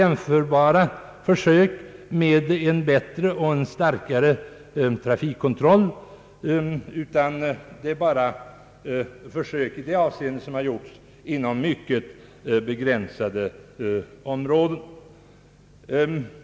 Jämförbara försök med en bättre och starkare trafikkontroll har aldrig genomförts utan bara sådana försök inom mycket begränsade områden.